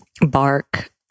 bark